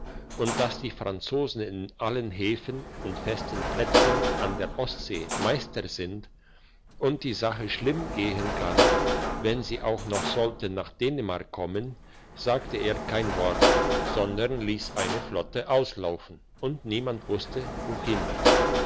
und dass die franzosen in allen häfen und festen plätzen an der ostsee meister sind und die sache schlimm gehen kann wenn sie auch noch sollten nach dänemark kommen sagte er kein wort sondern liess eine flotte auslaufen und niemand wusste wohin